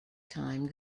time